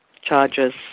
charges